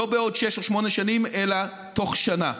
ולא בעוד שש או שמונה שנים אלא תוך שנה.